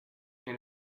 que